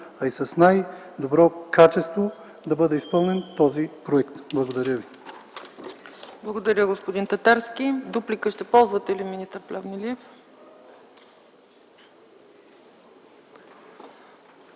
а и с най-добро качество да бъде изпълнен този проект. Благодаря ви.